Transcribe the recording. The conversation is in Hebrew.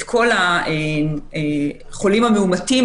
את כל החולים המאומתים,